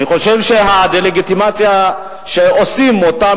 אני חושב שהדה-לגיטימציה שעושים אותם